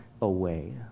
away